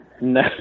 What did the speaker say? No